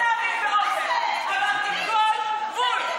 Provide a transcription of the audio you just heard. עברת כל גבול.